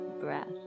breath